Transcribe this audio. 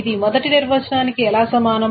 ఇది మొదటి నిర్వచనానికి ఎలా సమానం